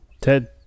ted